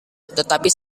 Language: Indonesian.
tetapi